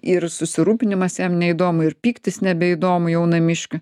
ir susirūpinimas jam neįdomu ir pyktis nebeįdomu jau namiškių